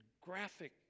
graphic